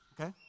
okay